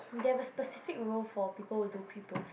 they have a specific role for people who do pre post